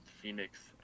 Phoenix